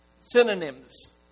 Synonyms